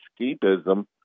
escapism